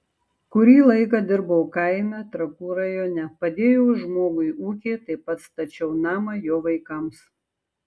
kurį laiką dirbau kaime trakų rajone padėjau žmogui ūkyje taip pat stačiau namą jo vaikams